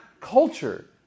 culture